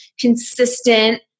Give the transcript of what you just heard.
consistent